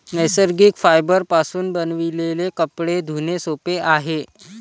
नैसर्गिक फायबरपासून बनविलेले कपडे धुणे सोपे आहे